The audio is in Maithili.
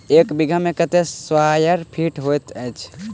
एक बीघा मे कत्ते स्क्वायर फीट होइत अछि?